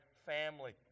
family